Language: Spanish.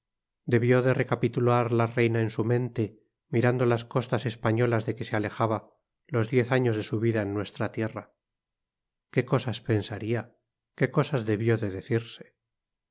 debió de recapitular la reina en su mente mirando las costas españolas de que se alejaba los diez años de su vida en nuestra tierra qué cosas pensaría qué cosas debió de decirse